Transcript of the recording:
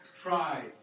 Pride